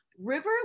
river